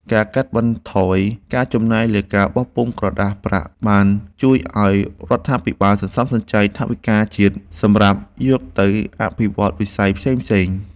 ការកាត់បន្ថយការចំណាយលើការបោះពុម្ពក្រដាសប្រាក់បានជួយឱ្យរដ្ឋាភិបាលសន្សំសំចៃថវិកាជាតិសម្រាប់យកទៅអភិវឌ្ឍវិស័យផ្សេងៗ។